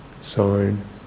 sign